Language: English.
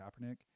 Kaepernick